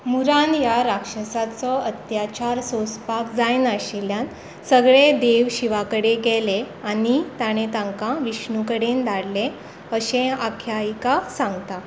मुरान ह्या राक्षसाचो अत्याचार सोंसपाक जायनाशिल्ल्यान सगळे देव शिवा कडेन गेले आनी ताणें तांकां विष्णू कडेन धाडले अशें आख्यायिका सांगता